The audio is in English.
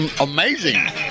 Amazing